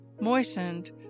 moistened